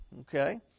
okay